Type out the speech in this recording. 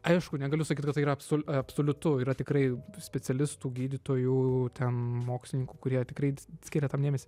aišku negaliu sakyt kad tai yra absol absoliutu yra tikrai tų specialistų gydytojų ten mokslininkų kurie tikrai skiria tam dėmesį